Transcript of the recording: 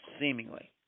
Seemingly